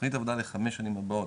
והתוכנית עבודה לחמש שנים הבאות,